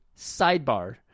sidebar